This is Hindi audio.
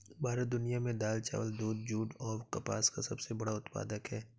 भारत दुनिया में दाल, चावल, दूध, जूट और कपास का सबसे बड़ा उत्पादक है